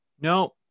no